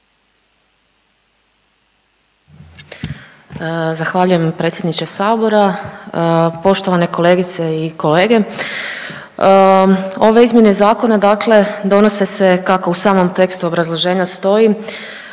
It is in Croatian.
Zahvaljujem predsjedniče sabora. Poštovane kolegice i kolege, ove izmjene zakona dakle donose se kako u samom tekstu obrazloženja stoji